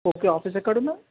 okay office ఎక్కడ ఉన్నది